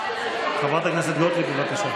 חברת הכנסת גוטליב, בבקשה.